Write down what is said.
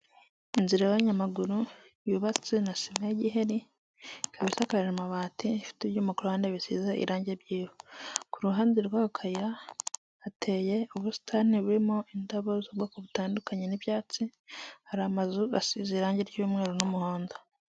Inzira y'abanyamaguru yubatswe na sima y'igiheri ikaba amabati ifite ibyuma ku ruhande bisize irangi ry'ivu ku ruhande rw'a ko kayira hateye ubusitani burimo indabo z'ubwoko butandukanye n'ibyatsi, hari amazu asize irangi ry'umweru n'umuhondo.